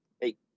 Hey